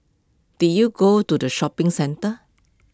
did you go to the shopping centre